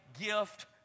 gift